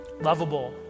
lovable